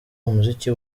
umuziki